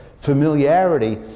Familiarity